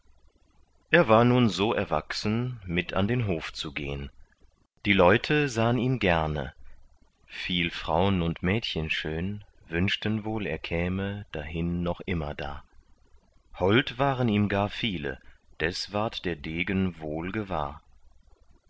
er war nun so erwachsen mit an den hof zu gehn die leute sahn ihn gerne viel fraun und mädchen schön wünschten wohl er käme dahin noch immerdar hold waren ihm gar viele des ward der degen wohl gewahr